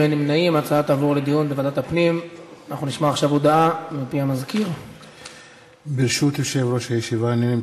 ההצעה להעביר את הנושא לוועדת הפנים והגנת הסביבה נתקבלה.